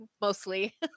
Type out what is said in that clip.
mostly